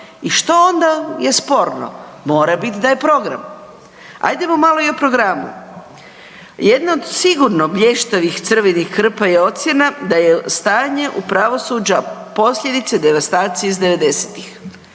I što onda je sporno? Mora biti da je program. Ajdemo malo i o programu. Jedna od sigurno blještavih crvenih krpa je ocjena da je stanje pravosuđa posljedica devastacije iz '90.-tih.